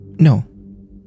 No